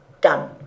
done